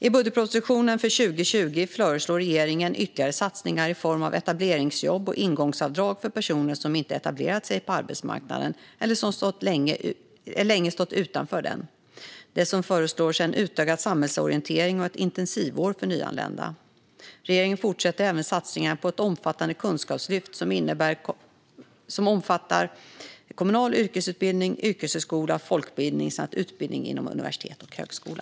I budgetpropositionen för 2020 föreslår regeringen ytterligare satsningar i form av etableringsjobb och ingångsavdrag för personer som inte etablerat sig på arbetsmarknaden eller som länge stått utanför den. Dessutom föreslås en utökad samhällsorientering och ett intensivår för nyanlända. Regeringen fortsätter även satsningarna på ett omfattande kunskapslyft som omfattar kommunal yrkesutbildning, yrkeshögskola, folkbildning och utbildning inom universitet och högskola.